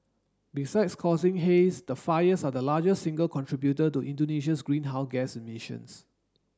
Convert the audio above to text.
besides causing haze the fires are the largest single contributor to Indonesia's greenhouse gas emissions